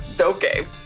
Okay